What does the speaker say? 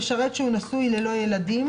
"למשרת שהוא נשוי ללא ילדים